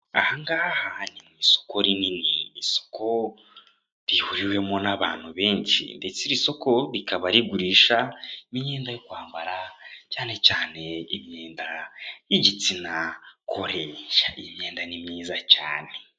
Ahangaha ni mu isoko rinini isuku rihuriwemo n'abantu benshi ndetse iri soko rikaba rigurisha imyenda yo kwambara cyane cyane imyenda y'igitsina gore iyi myenda ni myiza cyane.